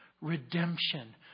Redemption